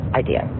idea